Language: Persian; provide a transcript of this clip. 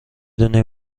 دونی